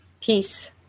Peace